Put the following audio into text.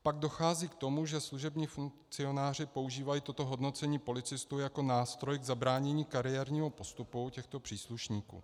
Pak dochází k tomu, že služební funkcionáři používají toto hodnocení policistů jako nástroj k zabránění kariérního postupu těchto příslušníků.